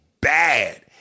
bad